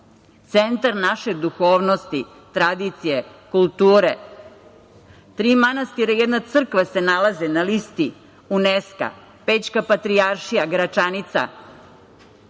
Centar naše duhovnosti, tradicije, kulture. Tri manastira i jedna crkva se nalaze na listi UNESKO, Pećka patrijaršija, Gračanica,